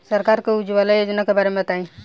सरकार के उज्जवला योजना के बारे में बताईं?